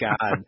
God